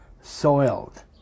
soiled